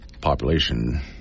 population